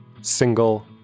single